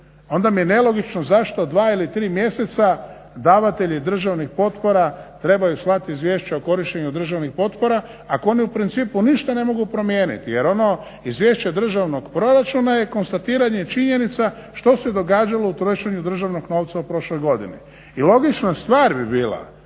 onda mi je nelogično zašto dva ili tri mjeseca davatelji državnih potpora trebaju slati Izvješća o korištenju državnih potpora ako oni u principu ništa ne mogu promijeniti. Jer ono Izvješće državnog proračuna je konstatiranje činjenica što se događalo u trošenju državnog novca u prošloj godini. I logična stvar bi bila